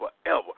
forever